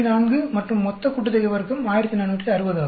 4 மற்றும் மொத்த கூட்டுத்தொகை வர்க்கம் 1460 ஆகும்